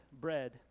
bread